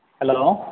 hello